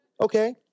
okay